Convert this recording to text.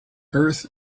earth